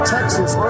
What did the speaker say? Texas